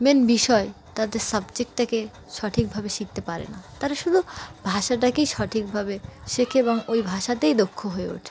main বিষয় তাদের সাবজেক্টটাকে সঠিকভাবে শিখতে পারে না তারা শুধু ভাষাটাকেই সঠিকভাবে শেখে এবং ওই ভাষাতেই দক্ষ হয়ে ওঠে